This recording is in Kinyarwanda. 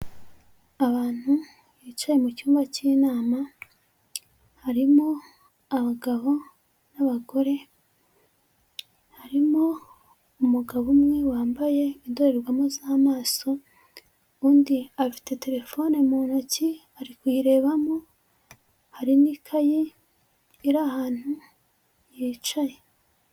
Abantu bicaye mu cyumba cy'inama. Harimo abagabo n'abagore, harimo umugabo umwe wambaye indorerwamo z'amaso, undi afite terefone mu ntoki ari kuyirebamo, hari n'ikayi iri ahantu yicaye.